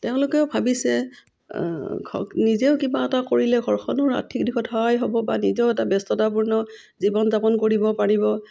তেওঁলোকেও ভাবিছে নিজেও কিবা এটা কৰিলে ঘৰখনৰ আৰ্থিক দিশত সহায় হ'ব বা নিজেও এটা ব্যস্ততাপূৰ্ণ জীৱন যাপন কৰিব পাৰিব